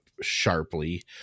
sharply